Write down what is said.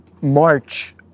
March